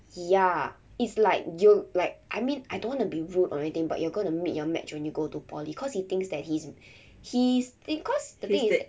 ya it's like you like I mean I don't wanna be rude or anything but you're going to meet your match when you go to poly cause he thinks that he's he's it's cause the thing is